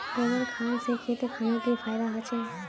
गोबर खान से खेत खानोक की फायदा होछै?